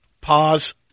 pause